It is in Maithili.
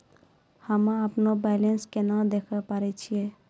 हम्मे अपनो बैलेंस केना देखे पारे छियै?